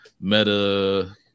Meta